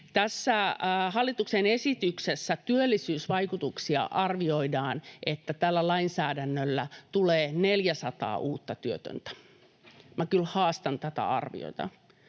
Tässä hallituksen esityksessä arvioidaan työllisyysvaikutuksista, että tällä lainsäädännöllä tulee 400 uutta työtöntä. Minä kyllä haastan tätä arviota.